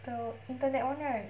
the internet one right